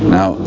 Now